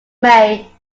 may